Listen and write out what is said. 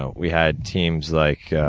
ah we had teams like